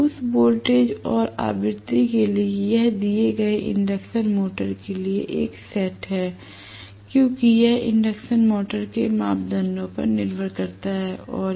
तो उस वोल्टेज और आवृत्ति के लिए यह दिए गए इंडक्शन मोटर के लिए सेट है क्योंकि यह इंडक्शन मोटर के मापदंडों पर निर्भर करता है